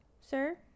Sir